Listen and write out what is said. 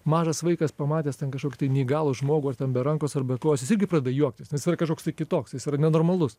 mažas vaikas pamatęs ten kažkokį tai neįgalų žmogų ar ten be rankos ar be kojos jis irgi pradeda juoktis nes yra kažkoks tai kitoks jis yra nenormalus